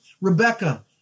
Rebecca